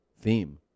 theme